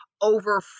over